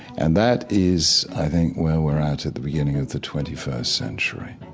and that is, i think, where we're at at the beginning of the twenty first century.